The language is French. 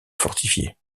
fortifiée